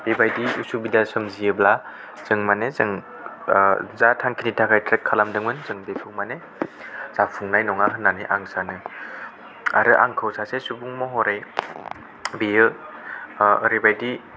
बेबायदि असुबिदा सोमजियोब्ला जों माने जों जाय थांखिनि थाखाय ट्रेक खालामदोंमोन जों बेखौ माने जाफुंनाय नङा होननानै आं सानो आरो आंखौ सासे सुबुं महरै बेयो ओरैबायदि